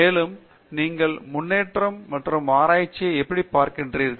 மேலும் நீங்கள் முன்னேற்றம் மற்றும் ஆராய்ச்சியை எப்படிப் பார்க்கிறீர்கள்